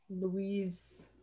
Louise